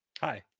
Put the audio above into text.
hi